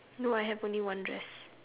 no I have only one dress